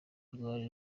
rwari